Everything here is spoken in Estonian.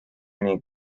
ning